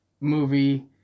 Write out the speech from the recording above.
movie